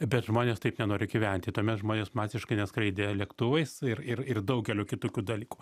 bet žmonės taip nenori gyventi tuomet žmonės masiškai neskraidė lėktuvais ir ir ir daugeliu kitokių dalykų